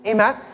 Amen